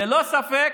ללא ספק,